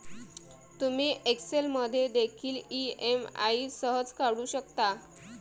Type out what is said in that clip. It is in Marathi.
तुम्ही एक्सेल मध्ये देखील ई.एम.आई सहज काढू शकता